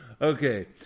Okay